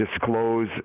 disclose